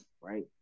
right